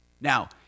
Now